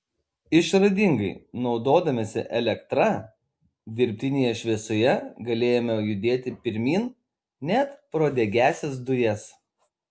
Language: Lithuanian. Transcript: išradingai naudodamiesi elektra dirbtinėje šviesoje galėjome judėti pirmyn net pro degiąsias dujas